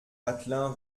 vatelin